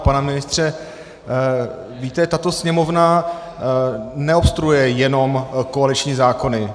Pan ministře, víte, tato Sněmovna neobstruuje jenom koaliční zákony.